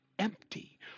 empty